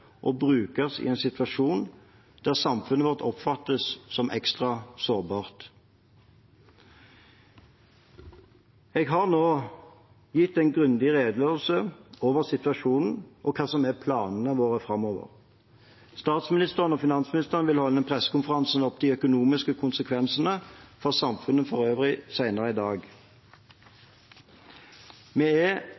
og at det brukes i en situasjon der samfunnet vårt oppfattes som ekstra sårbart. Jeg har nå gitt en grundig redegjørelse om situasjonen og hva som er planene våre framover. Statsministeren og finansministeren vil holde en pressekonferanse om de økonomiske konsekvensene for samfunnet for øvrig senere i dag.